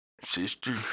sister